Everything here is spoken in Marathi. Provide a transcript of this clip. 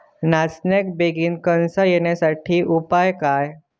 नाचण्याक बेगीन कणसा येण्यासाठी उपाय काय?